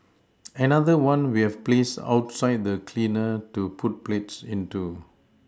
another one we have placed outside for the cleaner to put plates into